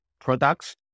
products